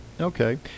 Okay